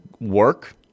work